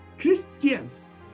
Christians